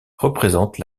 représente